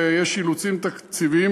ויש אילוצים תקציביים,